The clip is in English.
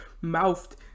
mouthed